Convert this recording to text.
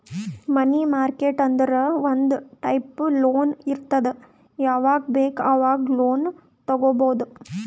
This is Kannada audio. ಮನಿ ಮಾರ್ಕೆಟ್ ಅಂದುರ್ ಒಂದ್ ಟೈಪ್ ಲೋನ್ ಇರ್ತುದ್ ಯಾವಾಗ್ ಬೇಕ್ ಆವಾಗ್ ಲೋನ್ ತಗೊಬೋದ್